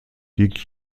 ging